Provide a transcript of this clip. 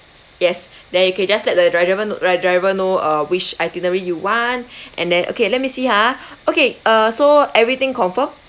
yes then you can just let the driver know driver know uh which itinerary you want and then okay let me see ha okay uh so everything confirm